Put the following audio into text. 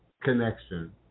connection